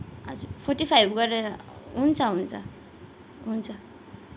हजुर forty five गरेर हुन्छ हुन्छ हुन्छ